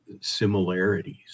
similarities